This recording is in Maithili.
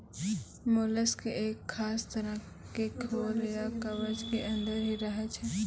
मोलस्क एक खास तरह के खोल या कवच के अंदर हीं रहै छै